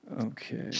Okay